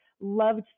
loved